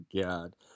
God